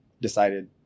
decided